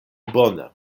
bone